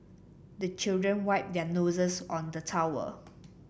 the children wipe their noses on the towel